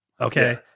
Okay